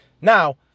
Now